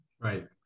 Right